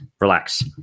relax